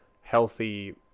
healthy